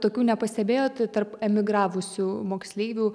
tokių nepastebėjot tarp emigravusių moksleivių